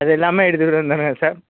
அதெல்லா மே எடுத்துக்கிட்டு சார்